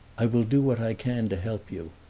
i will do what i can to help you.